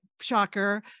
shocker